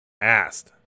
asked